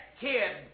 kid